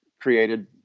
created